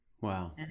Wow